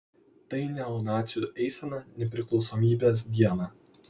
tai neonacių eisena nepriklausomybės dieną